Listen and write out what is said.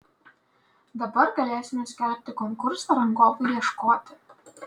dabar galėsime skelbti konkursą rangovui ieškoti